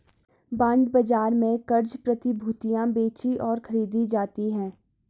bond बाजार में क़र्ज़ प्रतिभूतियां बेचीं और खरीदी जाती हैं